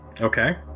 okay